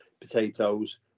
potatoes